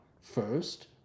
first